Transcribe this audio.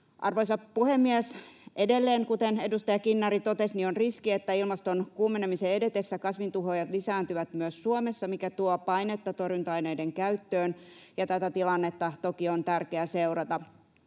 Arvoisa puhemies! Edelleen, kuten edustaja Kinnari totesi, on riski, että ilmaston kuumenemisen edetessä kasvintuhoajat lisääntyvät myös Suomessa, mikä tuo painetta torjunta-aineiden käyttöön, ja tätä tilannetta toki on tärkeää seurata.